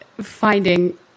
finding